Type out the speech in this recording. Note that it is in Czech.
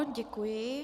Děkuji.